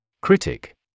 Critic